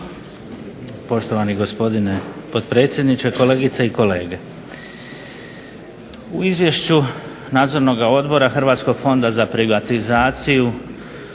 Poštovani gospodine potpredsjedniče, kolegice i kolege. U izvješću Nadzornoga odbora Hrvatskog fonda za privatizaciju